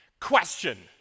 Question